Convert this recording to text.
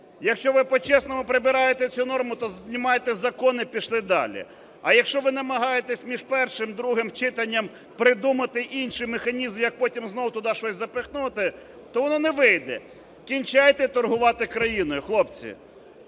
Якщо ви по-чесному прибираєте цю норму, то знімайте закон і пішли далі. А якщо намагаєтесь між першим, другим читанням придумати інший механізм, як потім знову туди щось запхнути, то воно не вийде. Кінчайте торгувати країною, хлопці.